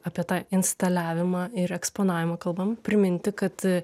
apie tą instaliavimą ir eksponavimą kalbam priminti kad